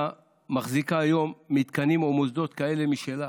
מחזיקה היום מתקנים או מוסדות כאלה משלה.